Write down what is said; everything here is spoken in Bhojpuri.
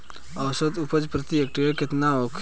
औसत उपज प्रति हेक्टेयर केतना होखे?